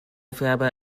färber